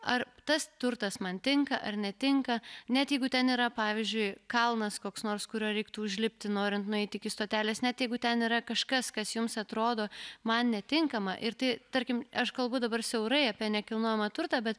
ar tas turtas man tinka ar netinka net jeigu ten yra pavyzdžiui kalnas koks nors kurio reiktų užlipti norint nueiti iki stotelės net jeigu ten yra kažkas kas jums atrodo man netinkama ir tai tarkim aš kalbu dabar siaurai apie nekilnojamą turtą bet